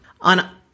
On